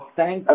Thank